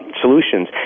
solutions